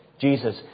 Jesus